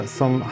som